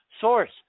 source